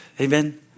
Amen